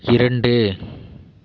இரண்டு